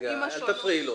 עם השונות --- אל תפריעי לו.